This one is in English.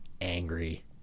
angry